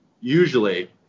usually